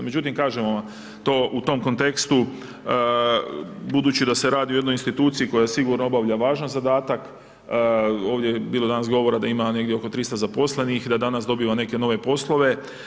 Međutim, kažemo vam, to u tom kontekstu budući da se radi o jednoj instituciji koja sigurno obavlja važan zadatak, ovdje je bilo danas govora da ima negdje oko 300 zaposlenih i da danas dobiva neke nove poslove.